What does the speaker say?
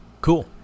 Cool